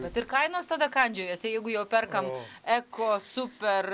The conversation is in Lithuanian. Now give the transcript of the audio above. bet ir kainos tada kandžiojasi jeigu jau perkam eko super